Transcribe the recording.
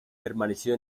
permaneció